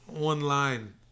online